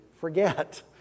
forget